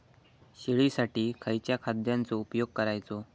शेळीसाठी खयच्या खाद्यांचो उपयोग करायचो?